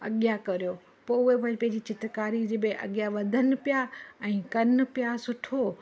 अॻियां कयो पोइ उहे वरी पंहिंजी चित्रकारी जी बि अॻियां वधनि पिया ऐं कनि पिया सुठो